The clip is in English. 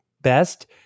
best